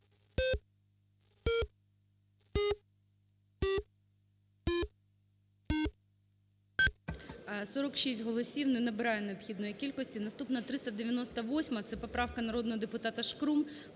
30 голосів. Не набирає необхідної кількості. Наступна 401 поправка народного депутата Чумака.